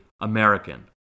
American